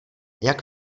jak